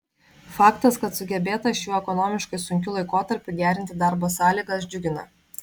faktas kad sugebėta šiuo ekonomiškai sunkiu laikotarpiu gerinti darbo sąlygas džiugina